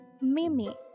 Mimi